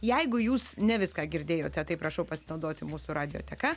jeigu jūs ne viską girdėjote tai prašau pasinaudoti mūsų radioteka